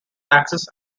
axis